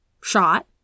shot